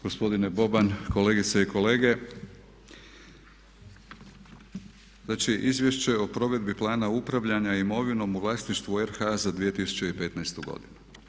Gospodine Boban, kolegice i kolege znači Izvješće o provedbi plana upravljanja imovinom u vlasništvu RH za 2015. godinu.